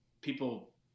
people